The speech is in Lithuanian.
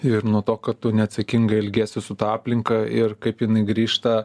ir nuo to kad tu neatsakingai elgiesi su ta aplinka ir kaip jinai grįžta